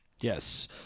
Yes